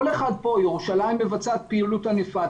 ירושלים מבצעת פעילות ענפה,